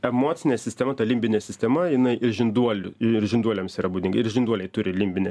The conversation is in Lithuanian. emocinė sistema ta limbinė sistema jinai ir žinduolių ir žinduoliams yra būdinga ir žinduoliai turi limbinę